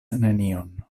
nenion